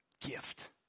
gift